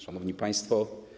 Szanowni Państwo!